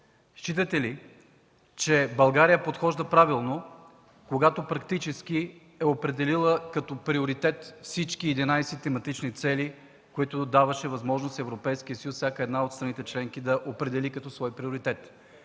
Считате ли, че България подхожда правилно, когато практически е определила като приоритет всички 11 тематични цели, които Европейският съюз даваше възможност всяка от страните членки да определи като свой приоритет?